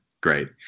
Great